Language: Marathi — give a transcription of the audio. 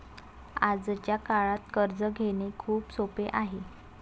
आजच्या काळात कर्ज घेणे खूप सोपे आहे